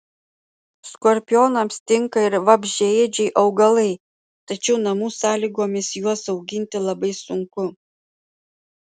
skorpionams tinka ir vabzdžiaėdžiai augalai tačiau namų sąlygomis juos auginti labai sunku